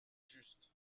juste